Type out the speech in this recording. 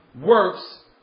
works